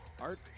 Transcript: art